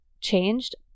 changed